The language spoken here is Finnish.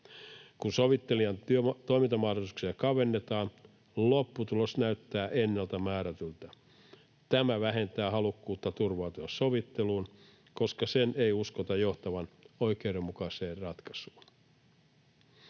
Kun sovittelijan toimintamahdollisuuksia kavennetaan, lopputulos näyttää ennalta määrätyltä. Tämä vähentää halukkuutta turvautua sovitteluun, koska sen ei uskota johtavan oikeudenmukaiseen ratkaisuun.